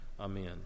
amen